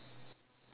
why not